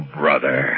brother